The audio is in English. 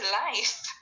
life